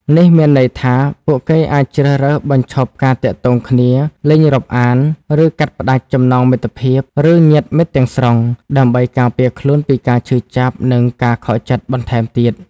នេះមានន័យថា ពួកគេអាចជ្រើសរើសបញ្ឈប់ការទាក់ទងគ្នា លែងរាប់អាន ឬកាត់ផ្តាច់ចំណងមិត្តភាព ឬញាតិមិត្តទាំងស្រុង ដើម្បីការពារខ្លួនពីការឈឺចាប់ និងការខកចិត្តបន្ថែមទៀត។